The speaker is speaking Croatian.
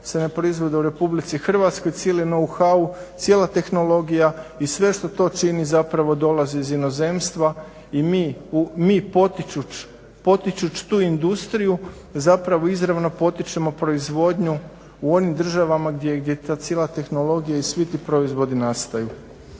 se ne proizvode u Republici Hrvatskoj. Cijeli no hau, cijela tehnologija i sve što to čini zapravo dolazi iz inozemstva i mi potičuć tu industriju zapravo izravno potičemo proizvodnju u onim državama gdje ta cijela tehnologija i svi ti proizvodi nastaju.